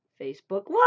Facebook